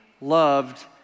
loved